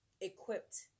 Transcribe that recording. equipped